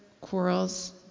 quarrels